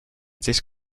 this